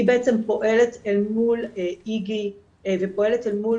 היא בעצם פועלת אל מול איגי ופועלת אל מול